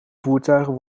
voertuigen